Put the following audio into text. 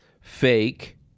fake